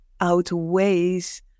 outweighs